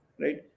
right